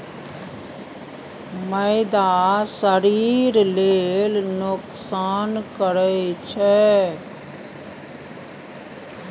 मैदा शरीर लेल नोकसान करइ छै